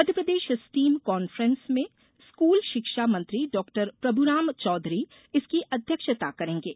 Madhya Pradesh STEM conference में school शिक्षा मंत्री डॉ प्रभुराम चौधरी इसकी अध्यक्षता करेंगे